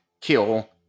kill